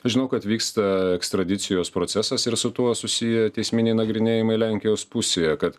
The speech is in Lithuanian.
žinau kad vyksta ekstradicijos procesas ir su tuo susiję teisminiai nagrinėjimai lenkijos pusėje kad